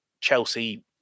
Chelsea